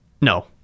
No